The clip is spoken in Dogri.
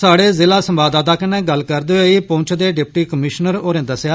साढ़े जिला संवाददाता कन्नै गल्ल करदे होई पुंछ दे डिप्टी कमीशनर होरें दस्सेआ